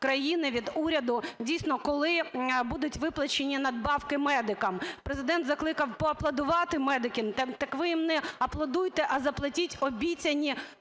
країни, від уряду, дійсно, коли будуть виплачені надбавки медикам. Президент закликав поаплодувати медикам. Так ви їм не аплодуйте, а заплатіть обіцяні